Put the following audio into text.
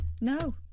No